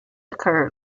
occurred